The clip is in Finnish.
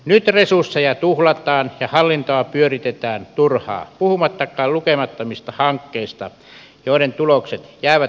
nyt resursseja tuhlataan ja hallintoa pyöritetään turhaan puhumattakaan lukemattomista hankkeista joiden tulokset jäävät monesti laihoiksi